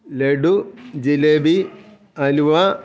laddu jalebi അലുവ